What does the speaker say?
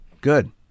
Good